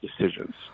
decisions